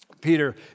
Peter